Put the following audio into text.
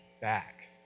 back